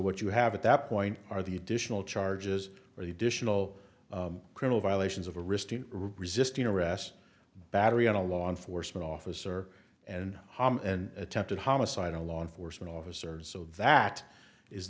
what you have at that point are the additional charges are you disha no criminal violations of a restraint resisting arrest battery on a law enforcement officer and an attempted homicide of law enforcement officers so that is